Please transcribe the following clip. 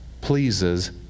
pleases